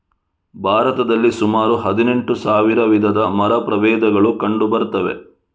ಭಾರತದಲ್ಲಿ ಸುಮಾರು ಹದಿನೆಂಟು ಸಾವಿರ ವಿಧದ ಮರ ಪ್ರಭೇದಗಳು ಕಂಡು ಬರ್ತವೆ